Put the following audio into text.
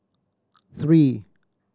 three